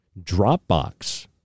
Dropbox